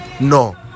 no